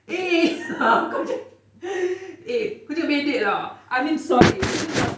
eh kau macam eh kau jangan bedek lah I mean sorry this is not